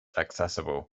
accessible